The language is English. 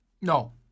No